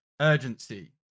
urgency